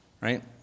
Right